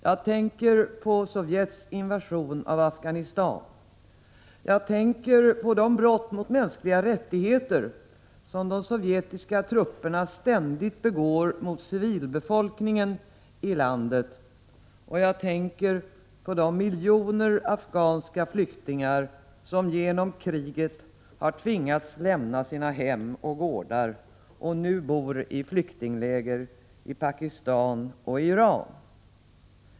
Jag tänker på Sovjets invasion av Afghanistan, och jag tänker på de brott mot mänskliga rättigheter som de sovjetiska trupperna ständigt begår mot civilbefolkningen i landet. Jag tänker också på de miljoner afghanska flyktingar som genom kriget har tvingats lämna sina hem och gårdar och nu bor i flyktingläger i Pakistan och Iran.